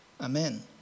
Amen